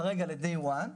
כרגע ל-Day 1,